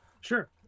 Sure